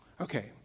Okay